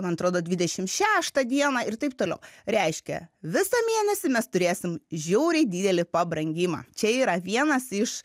man atrodo dvidešimt šeštą dieną ir taip toliau reiškia visą mėnesį mes turėsim žiauriai didelį pabrangimą čia yra vienas iš